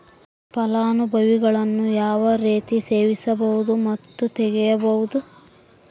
ಫಲಾನುಭವಿಗಳನ್ನು ಯಾವ ರೇತಿ ಸೇರಿಸಬಹುದು ಮತ್ತು ತೆಗೆಯಬಹುದು?